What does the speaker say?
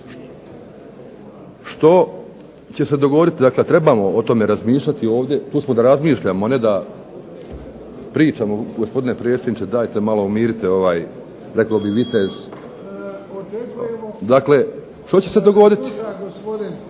što će se dogoditi, dakle trebamo o tome razmišljati ovdje, tu smo da razmišljamo, a ne da pričamo. Gospodine predsjedniče, dajte malo umirite ovaj rekao bi vitez. Dakle, što će se dogoditi?